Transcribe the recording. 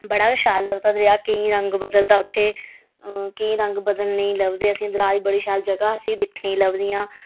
बड़ा गै शैल लगदा दरेआ केईं रंग बदलदा उत्थें केईं रंग बदलने गी लभदे असेंगी दरेआ दे बड़ी शैल जगह असेंगी दिक्खने लभदियां